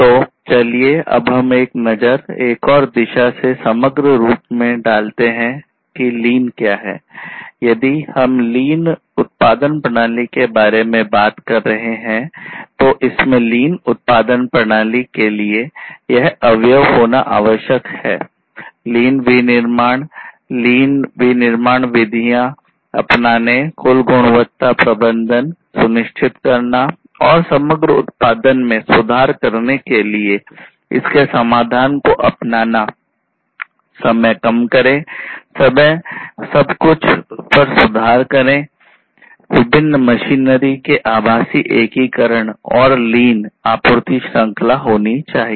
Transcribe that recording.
तो चलिए अब हम नज़र एक और दिशा से समग्र रूप से डालते हैं कि लीन आपूर्ति श्रृंखला होनी चाहिए